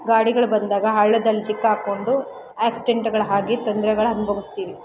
ಗಾಡಿಗಳು ಬಂದಾಗ ಹಳ್ಳದಲ್ಲಿ ಸಿಕ್ಕಾಕೊಂಡು ಆಕ್ಸಿಡೆಂಟ್ಗಳಾಗಿ ತೊಂದ್ರೆಗಳನ್ನು ಅನುಭವಿಸ್ತೀವಿ